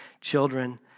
children